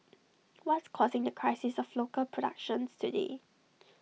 what's causing the crisis of local productions today